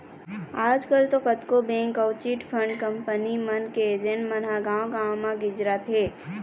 आजकल तो कतको बेंक अउ चिटफंड कंपनी मन के एजेंट मन ह गाँव गाँव म गिंजरत हें